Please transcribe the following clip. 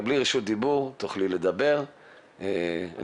תוכלי לדבר אם תקבלי רשות דיבור.